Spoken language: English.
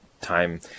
time